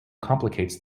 complicates